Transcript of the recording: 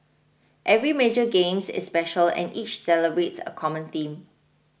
every major games is special and each celebrates a common theme